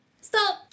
stop